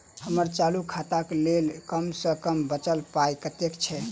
हम्मर चालू खाता लेल कम सँ कम बचल पाइ कतेक छै?